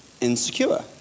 insecure